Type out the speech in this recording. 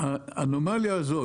האנומליה הזאת,